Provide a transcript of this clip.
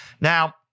Now